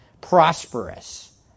prosperous